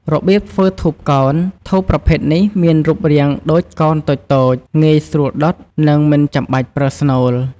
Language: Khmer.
របៀបធ្វើធូបកោណ ធូបប្រភេទនេះមានរូបរាងដូចកោណតូចៗ ងាយស្រួលដុត និងមិនបាច់ប្រើស្នូល។